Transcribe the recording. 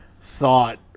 thought